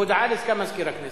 הודעה לסגן מזכיר הכנסת.